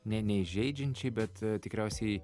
ne neįžeidžiančiai bet tikriausiai